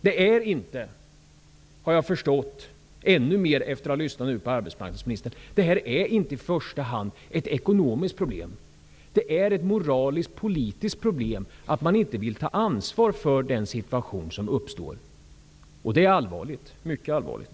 Jag har i ännu högre grad efter att nu ha lyssnat på arbetsmarknadsministern förstått att det inte i första hand är ett ekonomiskt problem. Det är ett moraliskt politiskt problem att man inte vill ta ansvar för den situation som uppstår. Det är mycket allvarligt.